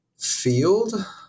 field